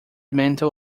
mental